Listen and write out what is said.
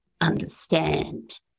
understand